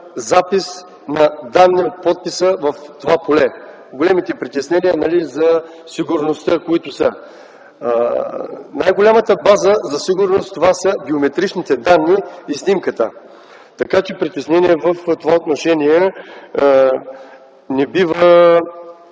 запис на данни от подписа в това поле. Големите притеснения са за сигурността. Най-голямата база за сигурност са биометричните данни и снимката, така че притеснения в това отношение не бива